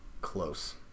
Close